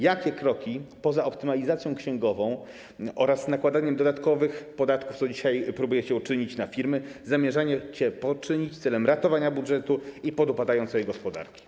Jakie kroki - poza optymalizacją księgową oraz nakładaniem dodatkowych podatków, co dzisiaj próbujecie uczynić, na firmy - zamierzacie poczynić celem ratowania budżetu i podupadającej gospodarki?